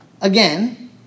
Again